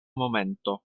momento